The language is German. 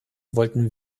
wollten